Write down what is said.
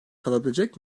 kalabilecek